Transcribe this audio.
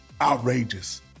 outrageous